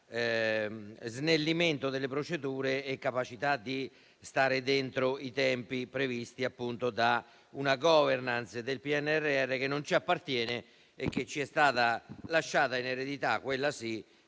snellimento delle procedure e sia capace di far rispettare i tempi previsti da una *governance* del PNRR che non ci appartiene e che ci è stata lasciata in eredità - quella sì